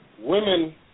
Women